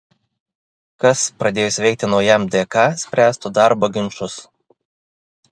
kas pradėjus veikti naujam dk spręstų darbo ginčus